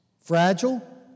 Fragile